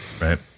Right